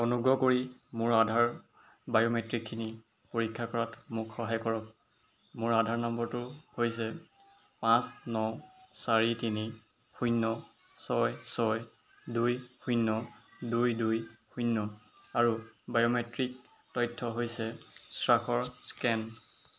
অনুগ্ৰহ কৰি মোৰ আধাৰ বায়োমেট্ৰিকখিনি পৰীক্ষা কৰাত মোক সহায় কৰক মোৰ আধাৰ নম্বৰটো হৈছে পাঁচ ন চাৰি তিনি শূন্য ছয় ছয় দুই শূন্য দুই দুই শূন্য আৰু বায়োমেট্ৰিক তথ্য হৈছে স্বাক্ষৰ স্কেন